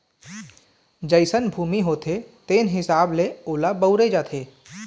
जइसन भूमि होथे तेन हिसाब ले ओला बउरे जाथे